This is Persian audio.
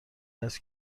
است